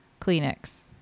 Kleenex